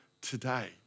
today